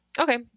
okay